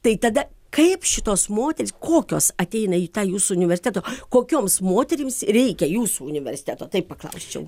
tai tada kaip šitos moterys kokios ateina į tą jūsų universitetą kokioms moterims reikia jūsų universiteto taip paklausčiau